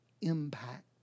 impact